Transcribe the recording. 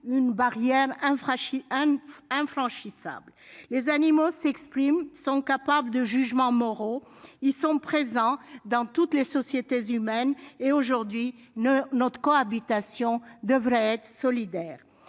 une barrière infranchissable entre nous. Les animaux s'expriment, sont capables de jugements moraux. Ils sont présents dans toutes les sociétés humaines, et, aujourd'hui, notre cohabitation devrait être solidaire.